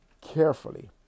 Carefully